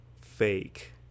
fake